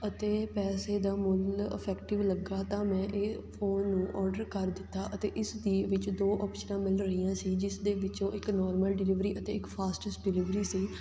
ਅਤੇ ਪੈਸੇ ਦਾ ਮੁੱਲ ਇਫੈਕਟਿਵ ਲੱਗਾ ਤਾਂ ਮੈਂ ਇਹ ਫ਼ੋਨ ਨੂੰ ਔਡਰ ਕਰ ਦਿੱਤਾ ਅਤੇ ਇਸਦੇ ਵਿੱਚ ਦੋ ਔਪਸ਼ਨਾਂ ਮਿਲ ਰਹੀਆਂ ਸੀ ਜਿਸਦੇ ਵਿੱਚੋਂ ਇੱਕ ਨੋਰਮਲ ਡਿਲੀਵਰੀ ਅਤੇ ਇੱਕ ਫਾਸਟਿਸ ਡਿਲੀਵਰੀ ਸੀ